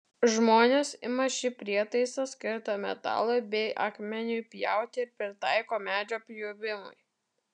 žmonės ima šį prietaisą skirtą metalui bei akmeniui pjauti ir pritaiko medžio pjovimui